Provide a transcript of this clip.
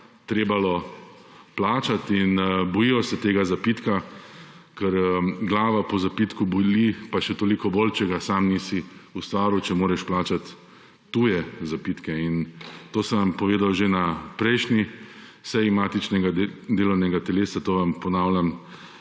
»trebalo« plačat in bojijo se tega zapitka, ker glava po zapitku boli, pa še toliko bolj, če ga sam nisi ustvaril, če moraš plačat tuje zapitke. In to sem vam povedal že na prejšnji seji matičnega delovnega telesa, to vam ponavljam